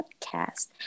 podcast